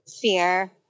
fear